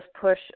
push